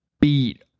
beat